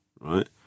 right